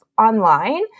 Online